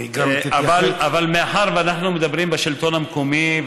אבל מאחר שאנחנו מדברים בשלטון המקומי,